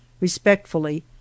Respectfully